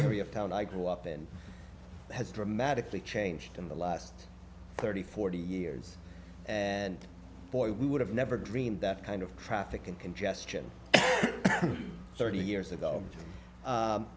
area of town i grew up in has dramatically changed in the last thirty forty years and boy we would have never dreamed that kind of traffic and congestion thirty years ago